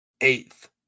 eighth